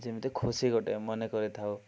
ଯେମିତି ଖୁସି ଗୋଟେ ମନେ କରିଥାଉ